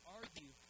argue